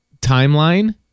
timeline